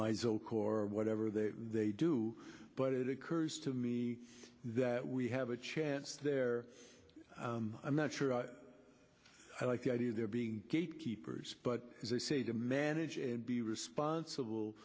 zocor whatever they they do but it occurs to me that we have a chance there i'm not sure i like the idea of there being gatekeepers but as i say to manage and be responsible